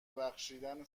بخشیدن